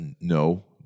no